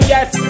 Yes